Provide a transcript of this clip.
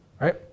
right